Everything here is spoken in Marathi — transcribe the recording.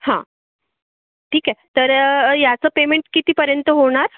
हां ठीक आहे तर याचं पेमेंट कितीपर्यंत होणार